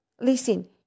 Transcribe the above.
Listen